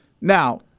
Now